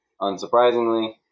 Unsurprisingly